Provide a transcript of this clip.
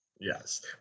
Yes